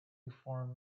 deform